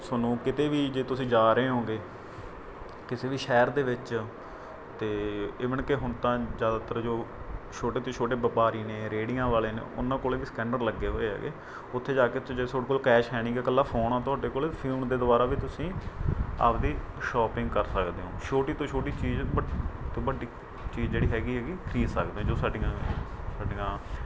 ਤੁਹਾਨੂੰ ਕਿਤੇ ਵੀ ਜੇ ਤੁਸੀਂ ਜਾ ਰਹੇ ਓਂ ਗੇ ਕਿਸੇ ਵੀ ਸ਼ਹਿਰ ਦੇ ਵਿੱਚ ਅਤੇ ਈਵਨ ਕੇ ਹੁਣ ਤਾਂ ਜ਼ਿਆਦਾਤਰ ਜੋ ਛੋਟੇ ਤੋਂ ਛੋਟੇ ਵਪਾਰੀ ਨੇ ਰੇਹੜੀਆਂ ਵਾਲੇ ਨੇ ਉਨ੍ਹਾਂ ਕੋਲ ਵੀ ਸਕੈਨਰ ਲੱਗੇ ਹੋਏ ਹੈਗੇ ਉੱਥੇ ਜਾ ਕੇ ਉੱਥੇ ਜੇ ਤੁਹਾਡੇ ਕੋਲ ਕੈਸ਼ ਹੈ ਨਹੀਂ ਗਾ ਇਕੱਲਾ ਫੋਨ ਹੈ ਤੁਹਾਡੇ ਕੋਲ ਫੋਨ ਦੇ ਦੁਆਰਾ ਵੀ ਤੁਸੀਂ ਆਪਣੀ ਸ਼ੋਪਿੰਗ ਕਰ ਸਕਦੇ ਹੋ ਛੋਟੀ ਤੋਂ ਛੋਟੀ ਚੀਜ਼ ਵੱਡੀ ਤੋਂ ਵੱਡੀ ਚੀਜ਼ ਜਿਹੜੀ ਹੈਗੀ ਐਗੀ ਖਰੀਦ ਸਕਦੇ ਜੋ ਸਾਡੀਆਂ ਸਾਡੀਆਂ